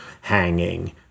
hanging